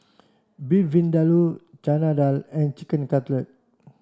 Beef Vindaloo Chana Dal and Chicken Cutlet